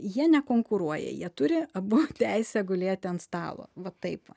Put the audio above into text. jie nekonkuruoja jie turi abu teisę gulėti ant stalo va taip va